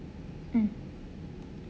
mm